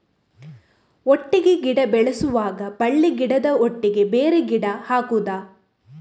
ಒಟ್ಟಿಗೆ ಗಿಡ ಬೆಳೆಸುವಾಗ ಬಳ್ಳಿ ಗಿಡದ ಒಟ್ಟಿಗೆ ಬೇರೆ ಗಿಡ ಹಾಕುದ?